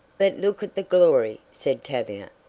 but look at the glory, said tavia.